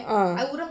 uh